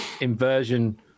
inversion